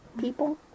people